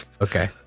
okay